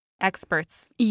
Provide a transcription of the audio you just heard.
experts